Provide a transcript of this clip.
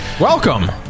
Welcome